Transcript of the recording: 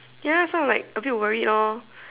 ya so I am like a bit worry loh